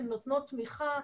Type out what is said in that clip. שהן נותנות תמיכה,